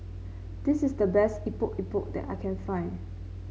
this is the best Epok Epok that I can find